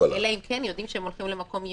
אלא אם כן יודעים שהם הולכים למקום ייעודי.